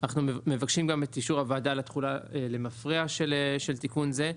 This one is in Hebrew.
אנחנו מבקשים גם את אישור הוועדה לתחולה למפרע של תיקון זה.